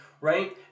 Right